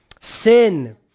Sin